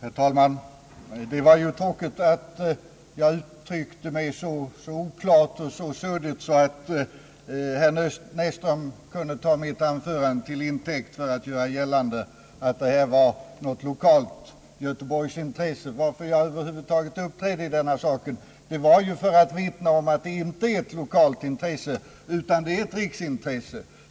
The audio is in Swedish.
Herr talman! Det var ju tråkigt att jag uttryckte mig så oklart och suddigt att herr Näsström kunde ta mitt anförande till intäkt för att göra gällande att detta var något lokalt göteborgsintresse. Att jag över huvud taget uppträdde i denna sak berodde på att jag ville vittna om att det inte är ett lokalt intresse utan ett riksintresse.